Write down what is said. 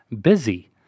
busy